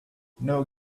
now